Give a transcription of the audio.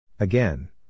Again